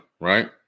Right